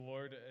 Lord